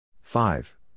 Five